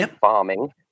Farming